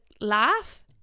laugh